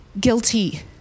guilty